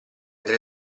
tre